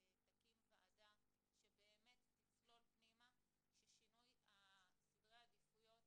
תקים ועדה שתצלול פנימה, כששינוי סדרי העדיפויות